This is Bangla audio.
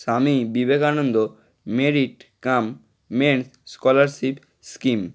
Swami Vivekananda merit cum means scholarship scheme